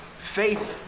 faith